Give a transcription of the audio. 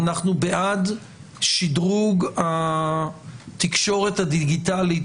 אנחנו בעד שדרוג התקשורת הדיגיטלית